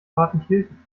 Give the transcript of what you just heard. partenkirchen